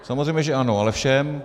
Samozřejmě že ano, ale všem.